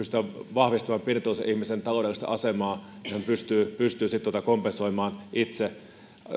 vahvistamaan pienituloisen ihmisen taloudellista asemaa ja hän pystyy sitten kompensoimaan itse